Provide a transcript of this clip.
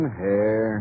hair